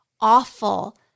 awful